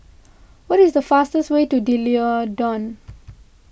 what is the fastest way to D'Leedon